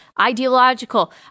ideological